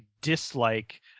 dislike